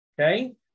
Okay